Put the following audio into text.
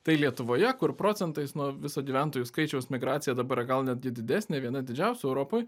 tai lietuvoje kur procentais nuo viso gyventojų skaičiaus migracija dabar gal netgi didesnė viena didžiausių europoj